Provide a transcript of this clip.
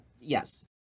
yes